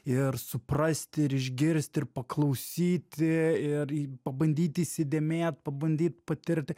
ir suprasti ir išgirsti ir paklausyti ir pabandyti įsidėmėt pabandyti patirti